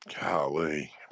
golly